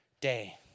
day